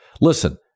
Listen